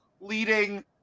Leading